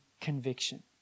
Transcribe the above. conviction